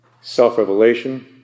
self-revelation